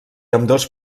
ambdós